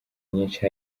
nyishi